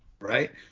right